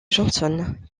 johnson